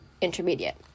intermediate